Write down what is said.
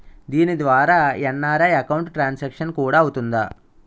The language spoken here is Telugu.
దీని ద్వారా ఎన్.ఆర్.ఐ అకౌంట్ ట్రాన్సాంక్షన్ కూడా అవుతుందా?